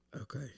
Okay